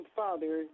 father